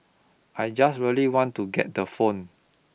I just really want to get the phone